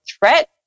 threat